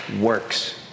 works